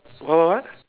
what what what